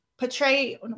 portray